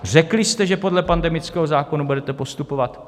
Řekli jste, že podle pandemického zákona budete postupovat.